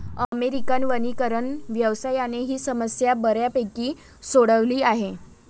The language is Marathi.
अमेरिकन वनीकरण व्यवसायाने ही समस्या बऱ्यापैकी सोडवली आहे